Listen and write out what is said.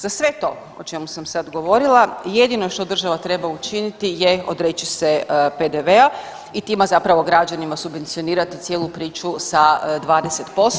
Za sve to o čemu sam sad govorila jedino što država treba učiniti je odreći se PDV-a i time zapravo građanima subvencionirati cijelu priču sa 20%